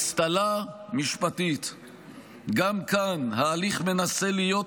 גם כאן האצטלה משפטית,